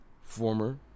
former